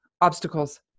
obstacles